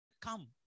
come